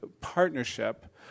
partnership